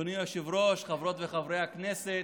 אדוני היושב-ראש, חברות וחברי הכנסת,